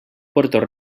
puerto